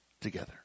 together